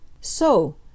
So